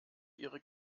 ihre